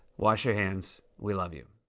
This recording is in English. wash your hands. we love you.